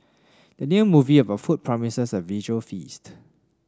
the new movie about food promises a visual feast